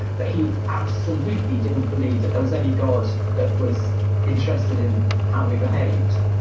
but he absolutely didn't believe that there was any god that was interested in how we behaved.